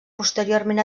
posteriorment